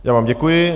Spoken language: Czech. Já vám děkuji.